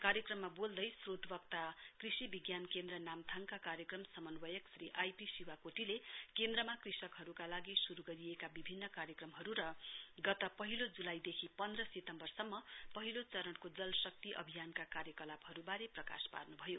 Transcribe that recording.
कार्यक्रममा बोल्दै श्रोतवक्ता कृषि विज्ञान केन्द्र नाम्थाङका कार्यक्रम समन्वयक श्री आई पी शिवाकोटीले केन्द्रमा कृषकहरूका लागि श्रू गरिएका विभिन्न कार्यक्रमहरू र गत पहिलो जुलाईदेखि पन्ध सितम्बरसम्म पहिलो चरणको जलशक्ति अभियानका कार्यकलापहरूबारे प्रकाश पार्न् भयो